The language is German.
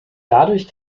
dadurch